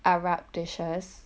arab dishes